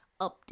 Update